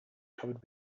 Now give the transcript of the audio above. covered